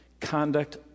conduct